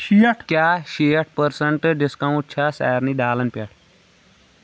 کیٛاہ شیٹھ percent discount چھےٚ سارنٕے دالن پٮ۪ٹھ